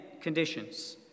conditions